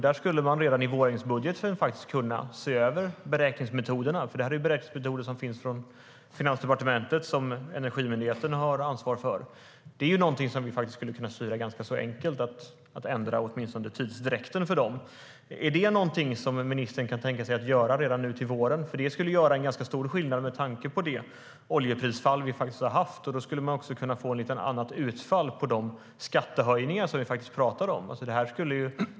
Man skulle kunna se över beräkningsmetoderna redan i vårändringsbudgeten, för detta är beräkningsmetoder som finns från Finansdepartementet och som Energimyndigheten har ansvar för. Det är någonting som vi skulle kunna styra ganska enkelt och ändra, åtminstone när det gäller tidsutdräkten. Är det någonting som ministern kan tänka sig att göra redan nu till våren? Det skulle göra ganska stor skillnad med tanke på det oljeprisfall vi faktiskt har haft. Då skulle man också kunna få ett annat utfall av de skattehöjningar som vi talar om.